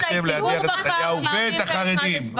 הצליח להדיח את נתניהו ואת החרדים.